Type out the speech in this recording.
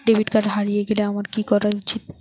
Debit card হারিয়ে গেলে আমার কি করা উচিৎ?